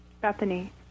Bethany